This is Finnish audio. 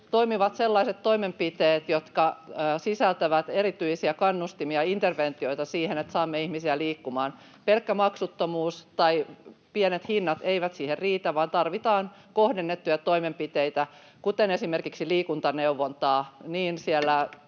toimivat sellaiset toimenpiteet, jotka sisältävät erityisiä kannustimia ja interventioita siihen, että saamme ihmisiä liikkumaan. Pelkkä maksuttomuus tai pienet hinnat eivät siihen riitä, vaan tarvitaan kohdennettuja toimenpiteitä, kuten esimerkiksi liikuntaneuvontaa